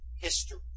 history